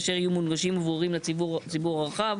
אשר יהיו מונגשים וברורים לציבור הרחב".